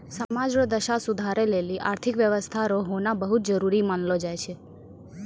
समाज रो दशा सुधारै लेली आर्थिक व्यवस्था रो होना बहुत जरूरी मानलौ जाय छै